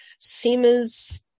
Seema's